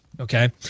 okay